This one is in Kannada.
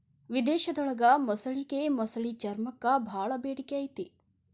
ವಿಧೇಶದೊಳಗ ಮೊಸಳಿಗೆ ಮೊಸಳಿ ಚರ್ಮಕ್ಕ ಬಾಳ ಬೇಡಿಕೆ ಐತಿ